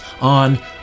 on